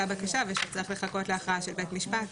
בקשה ושצריך לחכות להכרעה של בית משפט.